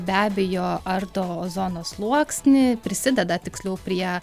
be abejo ardo ozono sluoksnį prisideda tiksliau prie